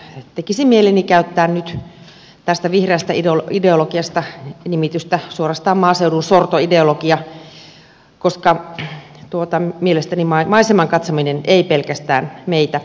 tekisi mieleni käyttää nyt tästä vihreästä ideologiasta suorastaan nimitystä maaseudun sortoideologia koska mielestäni pelkästään maiseman katsominen ei meitä maaseudulla elätä